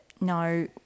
no